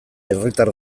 herritar